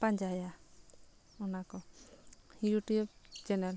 ᱯᱟᱸᱡᱟᱭᱟ ᱚᱱᱟ ᱠᱚ ᱤᱭᱩᱴᱩᱵᱽ ᱪᱮᱱᱮᱞ